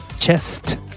chest